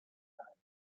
times